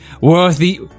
Worthy